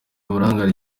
uburangare